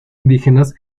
indígenas